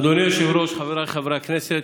אדוני היושב-ראש, חבריי חברי הכנסת,